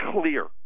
clear